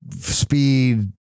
speed